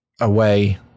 away